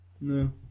no